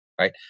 Right